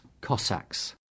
Cossacks